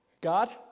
God